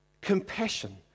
Compassion